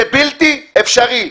זה בלתי אפשרי.